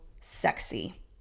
sexy